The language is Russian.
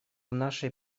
нашей